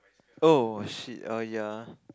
oh shit err ya